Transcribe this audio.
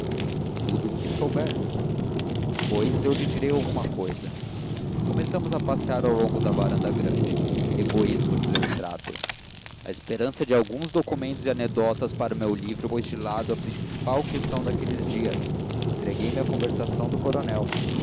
tudo tudo o que souber pois eu lhe darei alguma cousa começamos a passear ao longo da varanda grande egoísmo de letrado a esperança de alguns documentos e anedotas para o meu livro pôs de lado a principal questão daqueles dias entreguei me à conversação do coronel